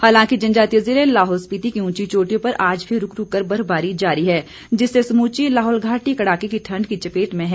हालांकि जनजातीय जिले लाहौल स्पिति की ऊंची चोटियों पर आज भी रुक रुक कर बर्फबारी जारी है जिससे समूची लाहुल घाटी कड़ाके की ठंड की चपेट में है